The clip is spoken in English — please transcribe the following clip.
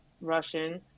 Russian